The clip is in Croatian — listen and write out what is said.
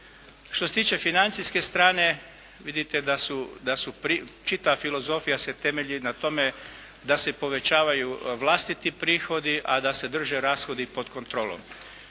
Što se tiče financijske strane vidite da se čitava filozofija temelji na tome da se povećavaju vlastiti prihodi, a da se drže rashodi pod kontrolom.